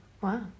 Wow